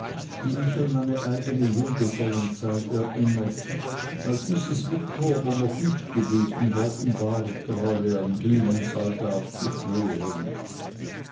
die mich an meine eigne junggesellenzeit erinnert als mrs micawber noch nicht gebeten worden war treue an hymens altar zu schwören